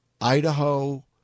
Idaho